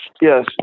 Yes